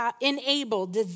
enabled